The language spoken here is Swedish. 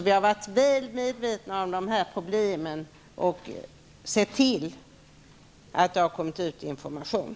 Vi har varit väl medvetna om dessa problem och sett till att det kommit ut information.